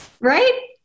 Right